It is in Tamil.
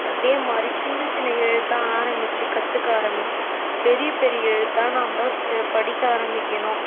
அதேமாதிரி சின்ன சின்ன எழுத்தா ஆரம்மிச்சி கற்றுக்க ஆரம்மிச்சி பெரிய பெரிய எழுத்தாக நம்ம படிக்க ஆரம்மிக்கணும்